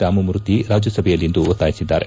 ರಾಮಮೂರ್ತಿ ರಾಜ್ಲಸಭೆಯಲ್ಲಿಂದು ಒತ್ತಾಯಿಸಿದ್ದಾರೆ